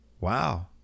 wow